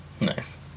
Nice